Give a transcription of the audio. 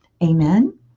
Amen